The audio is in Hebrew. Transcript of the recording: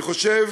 אני חושב